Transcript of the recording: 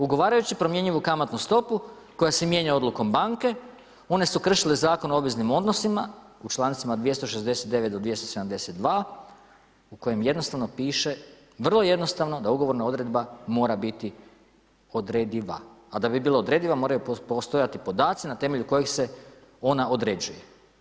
Ugovarajući promjenjivu kamatnu stopu koja se mijenja odlukom banke, one su kršile Zakon o obveznim odnosima u čl. 269.-272. u kojem jednostavno piše, vrlo jednostavno, da ugovorna odredba mora biti odrediva, a da bi bila odrediva moraju postojati podaci na temelju kojih se ona određuje.